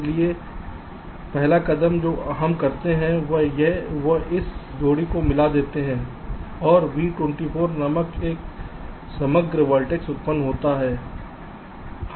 इसलिए पहला कदम जो हम करते हैं वह इस जोड़ी को मिला देता है और V24 नामक एक समग्र वर्टेक्स उत्पन्न होता है